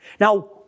Now